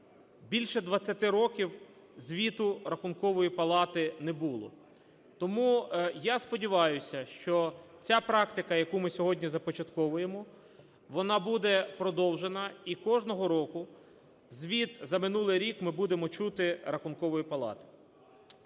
Більше 20 років звіту Рахункової не було. Тому я сподіваюся, що ця практика, яку ми сьогодні започатковуємо, вона буде продовжена, і кожного року звіт за минулий рік ми будемо чути Рахункової палати.